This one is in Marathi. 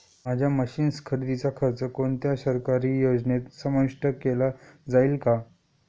माझ्या मशीन्स खरेदीचा खर्च कोणत्या सरकारी योजनेत समाविष्ट केला जाईल का?